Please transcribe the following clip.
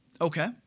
Okay